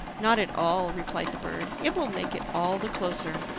not at all, replied the bird, it will make it all the closer.